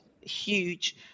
huge